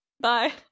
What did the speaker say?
Bye